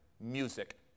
music